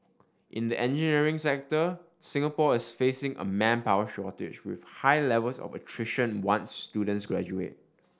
in the engineering sector Singapore is facing a manpower shortage with high levels of attrition once students graduate